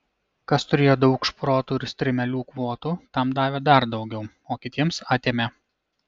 kas turėjo daug šprotų ir strimelių kvotų tam davė dar daugiau o kitiems atėmė